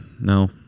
no